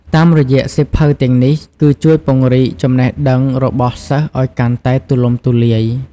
តាមរយៈសៀវភៅទាំងនេះ គឺជួយពង្រីកចំណេះដឹងរបស់សិស្សឱ្យកាន់តែទូលំទូលាយ។